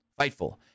Fightful